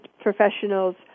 professionals